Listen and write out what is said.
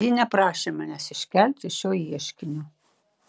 ji neprašė manęs iškelti šio ieškinio